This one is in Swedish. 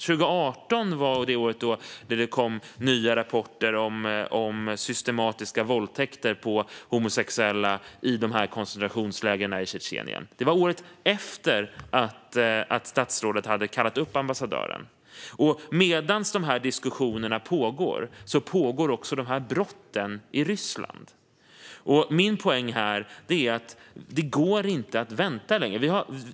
År 2018 kom nya rapporter om systematiska våldtäkter på homosexuella i koncentrationslägren i Tjetjenien. Det var året efter att statsrådet hade kallat upp ambassadören. Medan diskussionerna pågår begås de här brotten i Ryssland. Min poäng är att det inte går att vänta längre.